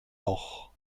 noch